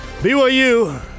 BYU